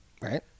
right